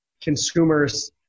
consumers